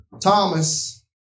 Thomas